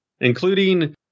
including